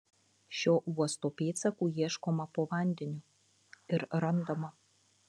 šio uosto pėdsakų ieškoma po vandeniu ir randama